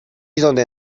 donde